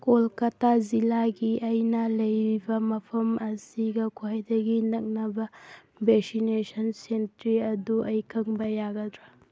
ꯀꯣꯜꯀꯇꯥ ꯖꯤꯜꯂꯥꯒꯤ ꯑꯩꯅ ꯂꯩꯔꯤꯕ ꯃꯐꯝ ꯑꯁꯤꯒ ꯈ꯭ꯋꯥꯏꯗꯒꯤ ꯅꯛꯅꯕ ꯚꯦꯛꯁꯤꯅꯦꯁꯟ ꯁꯦꯟꯇ꯭ꯔꯤ ꯑꯗꯨ ꯑꯩ ꯈꯪꯕ ꯌꯥꯒꯗ꯭ꯔꯥ